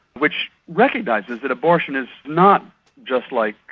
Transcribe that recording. which recognises that abortion is not just like,